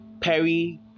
perry